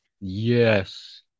Yes